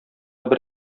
бер